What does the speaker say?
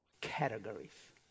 categories